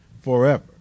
forever